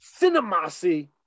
Cinemasi